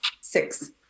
Six